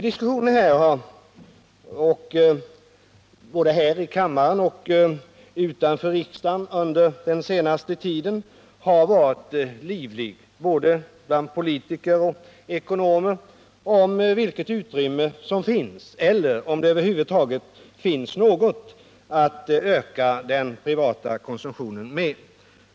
Diskussionen om vilket utrymme som finns tillgängligt, ja, om det över huvud taget finns något utrymme för en ökning av den privata konsumtionen, har både här i kammaren och utanför riksdagen varit livlig bland både politiker och ekonomer.